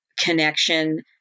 connection